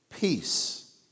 peace